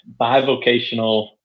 bivocational